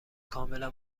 کاملا